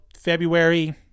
February